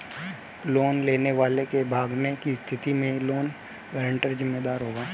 loan लेने वाले के भागने की स्थिति में लोन गारंटर जिम्मेदार होगा